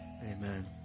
Amen